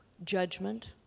judgment.